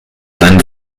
seinem